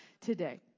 today